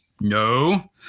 No